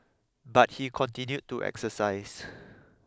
but he continued to exercise